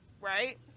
Right